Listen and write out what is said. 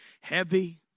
heavy